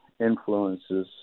influences